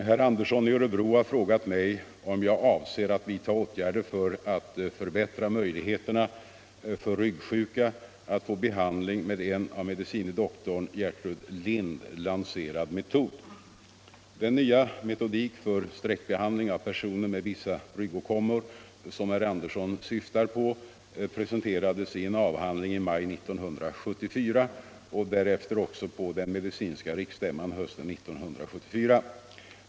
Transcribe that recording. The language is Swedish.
Herr Andersson i Örebro har frågat mig om jag avser Om ökade resurser Om ökade resurser 10 Den nya metodik för sträckbehandling av personer med vissa ryggåkommor som herr Andersson syftar på presenterades i en avhandling i maj 1974 och därefter också på den medicinska riksstämman hösten 1974.